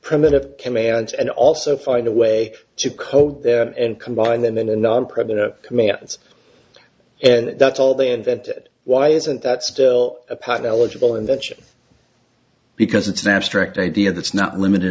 primitive commands and also find a way to code and combine them in a non pregnant commands and that's all they invented why isn't that still a patent eligible invention because it's an abstract idea that's not limited